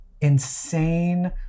insane